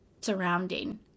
surrounding